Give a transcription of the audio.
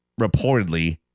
reportedly